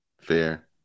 Fair